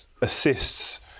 assists